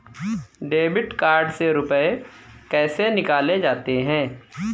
Debit card से रुपये कैसे निकाले जाते हैं?